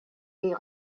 est